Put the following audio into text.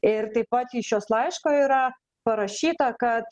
ir tai pat iš jos laiško yra parašyta kad